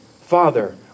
Father